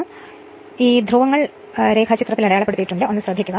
പിന്നെ വളയത്തിന്റെ ധ്രുവങ്ങൾ രേഖാചിത്രത്തിൽ അടയാളപ്പെടുത്തിയിരിക്കുന്നു